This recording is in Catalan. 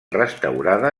restaurada